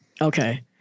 Okay